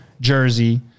jersey